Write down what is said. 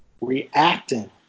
reacting